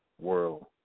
world